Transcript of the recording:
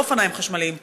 לא אופניים חשמליים,